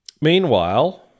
meanwhile